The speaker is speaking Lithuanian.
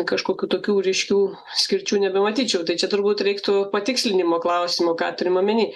kažkokių tokių ryškių skirčių nebematyčiau tai čia turbūt reiktų patikslinimo klausimo ką turima omeny